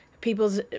people's